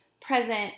present